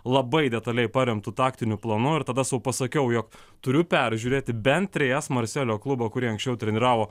labai detaliai paremtu taktiniu planu ir tada sau pasakiau jog turiu peržiūrėti bent trejas marselio klubo kurį anksčiau treniravo